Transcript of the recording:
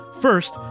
First